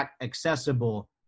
accessible